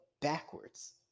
backwards